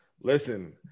Listen